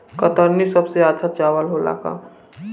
कतरनी सबसे अच्छा चावल होला का?